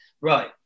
right